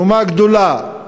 מהומה גדולה.